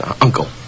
Uncle